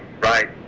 right